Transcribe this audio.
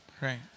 Right